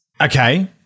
Okay